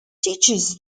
teaches